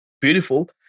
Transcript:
Beautiful